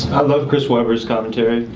love chris webber's commentary.